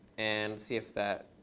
and see if that